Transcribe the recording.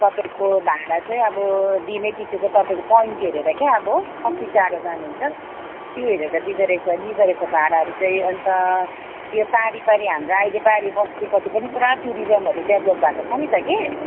तपाईँको भाडा चाहिँ अब दिनैपिछेको तपाईँको पोइन्ट हेरेर क्या अब कति टाडो जानुहुन्छ त्यो हेरेर दिँदोरहेछ लिँदोरहेछ भाडाहरू चाहिँ अनि त त्यो पारिपारि हाम्रो अहिले पारि बस्तीपट्टि पनि पुरा टुरिज्महरू डेभ्लोप भएको छ नि त कि